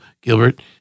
Gilbert